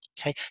okay